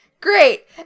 great